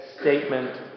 statement